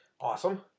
awesome